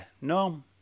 no